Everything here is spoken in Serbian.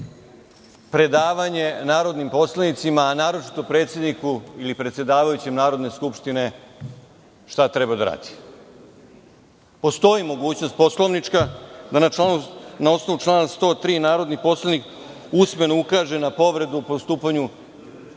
predavanje narodnim poslanicima, a naročito predsedniku ili predsedavajućem Narodne skupštine, šta treba da rade? Postoji poslovnička mogućnost da na osnovu člana 103. narodni poslanik usmeno ukaže na povredu u postupanju